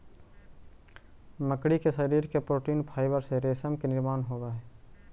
मकड़ी के शरीर के प्रोटीन फाइवर से रेशम के निर्माण होवऽ हई